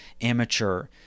amateur